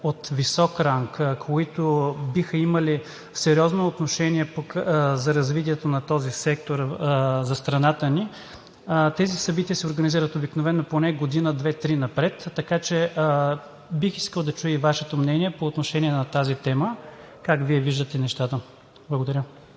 от висок ранг, които биха имали сериозно отношение за развитието на този сектор за страната ни, тези събития се организират обикновено поне година-две-три напред. Бих искал да чуя и Вашето мнение по отношение на тази тема: как Вие виждате нещата? Благодаря.